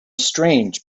strange